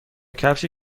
کفش